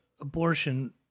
abortion